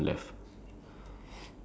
um